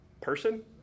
person